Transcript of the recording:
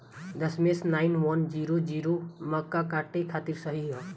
दशमेश nine one zero zero मक्का काटे खातिर सही ह?